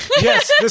Yes